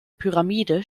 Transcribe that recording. pyramide